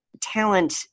talent